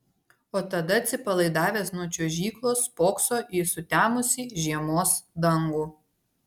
o tada atsipalaidavęs nuo čiuožyklos spokso į sutemusį žiemos dangų